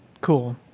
Cool